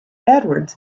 edwards